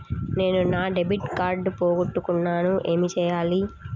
నేను నా debit card పోగొట్టుకున్నాను ఏమి చేయాలి?